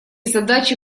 задачи